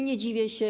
Nie dziwie się.